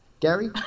Gary